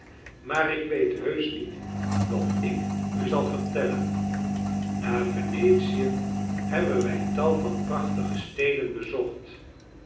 maar ik weet heusch niet wat ik u zal vertellen na venetie hebben wij tal van prachtige steden bezocht